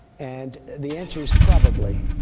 and the answer is probably